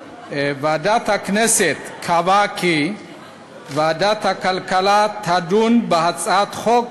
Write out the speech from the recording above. ועדת הכנסת קבעה כי ועדת הכלכלה תדון בהצעת חוק